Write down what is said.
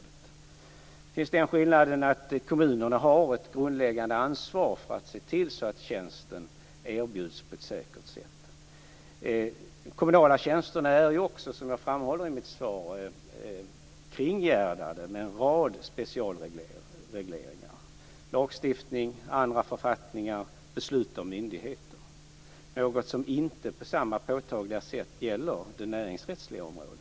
Det finns den skillnaden att kommunerna har ett grundläggande ansvar för att se till att tjänsten erbjuds på ett säkert sätt. Kommunala tjänster är, som jag framhåller i mitt svar kringgärdade av en rad specialregleringar - lagstiftning, andra författningar, beslut av myndigheter - något som inte på samma påtagliga sätt gäller det näringsrättsliga området.